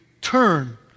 turn